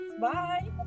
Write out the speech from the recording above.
bye